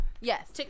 Yes